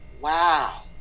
wow